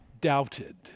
doubted